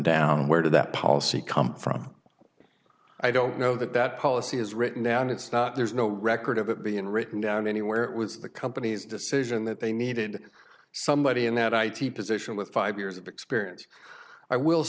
and where did that policy come from i don't know that that policy is written down it's not there's no record of it being written down anywhere it was the company's decision that they needed somebody in that i t position with five years of experience i will